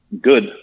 good